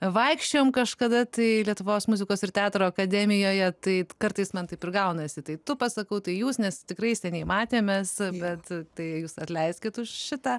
vaikščiojom kažkada tai lietuvos muzikos ir teatro akademijoje taip kartais man taip ir gaunasi tai tu pasakau tai jūs nes tikrai seniai matėmės bet tai jūs atleiskit už šitą